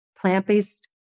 plant-based